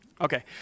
Okay